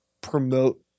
promote